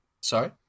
Sorry